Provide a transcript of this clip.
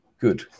good